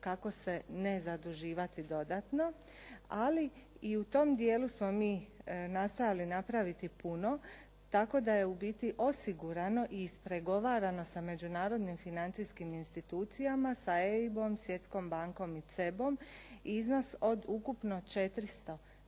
kako se ne zaduživati dodatno. Ali i u tom dijelu smo mi nastojali napraviti puno tako da je u biti osigurano i ispregovarano sa Međunarodnim financijskim institucijama, sa EIBOM, Svjetskom bankom i CEB-om iznos od ukupno 400